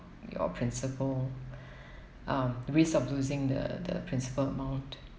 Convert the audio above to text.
your principal um risk of losing the the principal amount